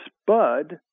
spud